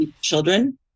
children